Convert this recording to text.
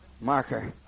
marker